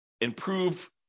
improve